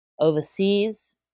overseas